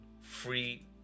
free